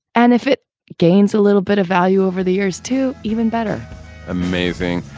and if it gains a little bit of value over the years to even better amazing.